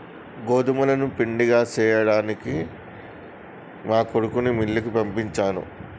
గోదుములను పిండిగా సేయ్యడానికి మా కొడుకుని మిల్లుకి పంపించాను